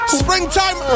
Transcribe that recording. springtime